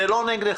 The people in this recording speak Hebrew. זה לא נגדך.